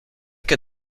que